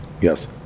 Yes